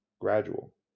gradual